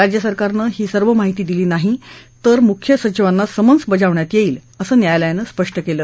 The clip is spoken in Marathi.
राज्यसरकारनं सर्व माहिती दिली नाही तर मुख्य सचिवांना समन्स बजावण्यात येईल असं न्यायालयानं स्पष्ट केलं